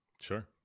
Sure